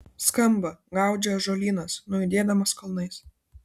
skamba gaudžia ąžuolynas nuaidėdamas kalnais